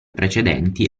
precedenti